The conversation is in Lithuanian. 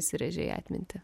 įsirėžė į atmintį